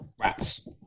rats